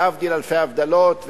להבדיל אלפי הבדלות,